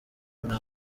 nta